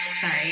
Sorry